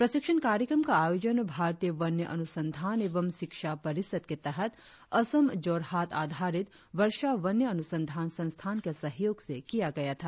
प्रशिक्षण कार्यक्रम का आयोजन भारतीय वन्य अनुसंधान एवं शिक्षा परिषद के तहत असम जोरहाट आधारित वर्षा वन्य अनुसंधान संस्थान के सहयोग से किया गया था